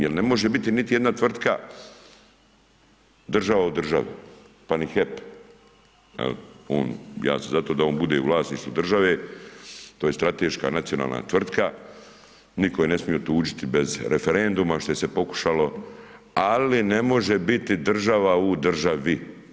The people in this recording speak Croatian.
Jer ne može biti niti jedna tvrtka država u državi, pa ni HEP, jer on, ja sam za to da on bude u vlasništvu države, to je strateška nacionalna tvrtka, nitko je ne smije otuđiti bez referenduma, što se pokušalo, ali ne može biti država u državi.